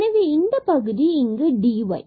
எனவே இந்த பகுதி இங்கு dy ஆகும்